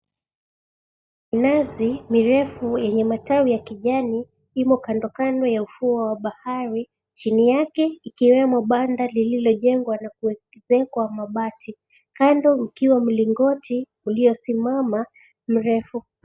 Nazi mirefu yenye matawi ya kijani imo kandokando ya ufuo wa bahari, chini yake ikiwemo banda lililojengwa na kuekezwa kwa mabati kando, mkiwa Mlingoti uliosimama mrefu.